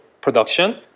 production